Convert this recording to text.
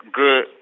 good